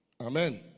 Amen